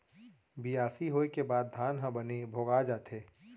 बियासी होय के बाद धान ह बने भोगा जाथे